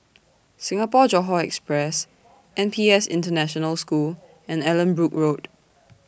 Singapore Johore Express N P S International School and Allanbrooke Road